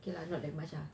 okay lah not that much ah